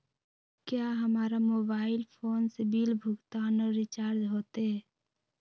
क्या हमारा mobile phone से बिल भुगतान और रिचार्ज होते?